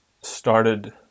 started